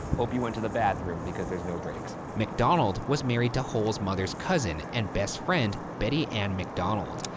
hope you went to the bathroom because there's no breaks. macdonald was married to hull's mother's cousin and best friend, betty ann macdonald.